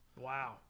Wow